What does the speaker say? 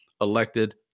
elected